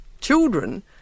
children